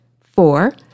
Four